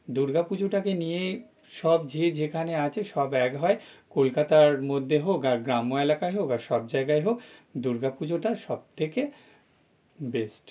দুর্গা পুজোটাকে নিয়ে সব যে যেখানে আছে সব এক হয় কলকাতার মধ্যে হোক আর গ্রাম্য এলাকায় হোক বা সব জায়গায় হোক দুর্গা পুজোটা সব থেকে বেস্ট